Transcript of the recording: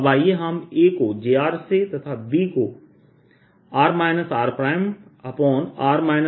अब आइए हम A को jrसे तथा B को r r